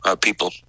people